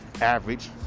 average